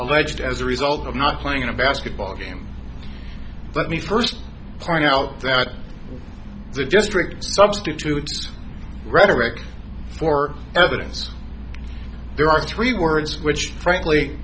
alleged as a result of not playing a basketball game let me first point out that the just really substitutes rhetoric for evidence there are three words which frankly